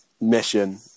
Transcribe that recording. Mission